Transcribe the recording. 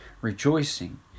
rejoicing